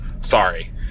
sorry